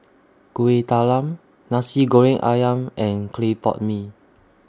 Kuih Talam Nasi Goreng Ayam and Clay Pot Mee